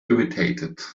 irritated